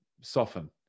soften